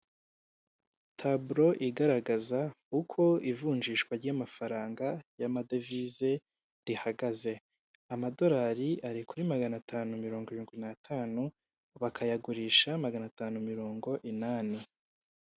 Taburo igaragaza uko ivunjishwa ry'amafaranga y'amadevize rihagaze. Amadolari ari kuri magana atanu mirongo irindwi n'atanu bakayagurisha magana atanu mirongo inani.